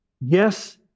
Yes